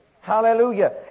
Hallelujah